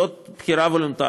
זאת בחירה וולונטרית,